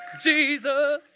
Jesus